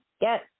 Yes